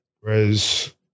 Whereas